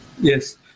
Yes